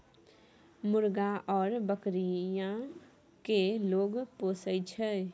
मुर्गा आउर बकरीयो केँ लोग पोसय छै